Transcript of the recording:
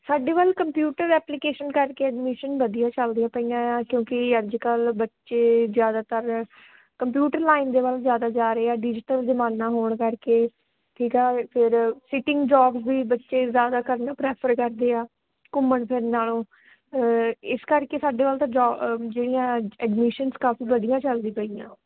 ਸਾਡੇ ਵੱਲ computer application ਕਰਕੇ ਐਡਮਿਸ਼ਨ ਵਧੀਆ ਚੱਲਦੀਆਂ ਪਈਆਂ ਏ ਆ ਕਿਉਂਕਿ ਅੱਜ ਕੱਲ ਬੱਚੇ ਜ਼ਿਆਦਾਤਰ ਕੰਪਿਊਟਰ ਲਾਈਨ ਦੇ ਵੱਲ ਜ਼ਿਆਦਾ ਜਾ ਰਹੇ ਆ ਡਿਜੀਟਲ ਜ਼ਮਾਨਾ ਹੋਣ ਕਰਕੇ ਠੀਕ ਆ ਫਿਰ ਸਿਟਿੰਗ ਜੋਬ ਵੀ ਬੱਚੇ ਜ਼ਿਆਦਾ ਕਰਨਾ ਪ੍ਰੈਫਰ ਕਰਦੇ ਆ ਘੁੰਮਣ ਫਿਰਨ ਨਾਲੋਂ ਇਸ ਕਰਕੇ ਸਾਡੇ ਵੱਲ ਤਾਂ ਜੌ ਜਿਹੜੀਆਂ ਐਡਮਿਸ਼ਨਸ ਕਾਫੀ ਵਧੀਆ ਚੱਲਦੀ ਪਈਆ